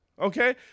Okay